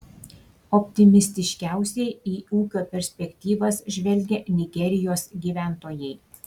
optimistiškiausiai į ūkio perspektyvas žvelgia nigerijos gyventojai